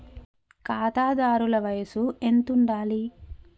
ఖాతాదారుల వయసు ఎంతుండాలి?